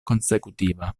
consecutiva